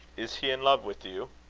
is he in love with you?